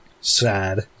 Sad